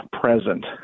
present